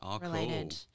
related